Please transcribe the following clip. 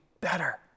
better